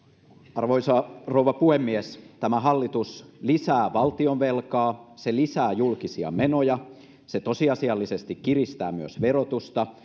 arvoisa rouva puhemies tämä hallitus lisää valtionvelkaa se lisää julkisia menoja se tosiasiallisesti kiristää myös verotusta